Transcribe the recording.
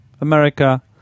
America